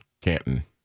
Canton